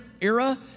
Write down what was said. era